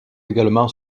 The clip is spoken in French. également